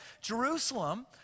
Jerusalem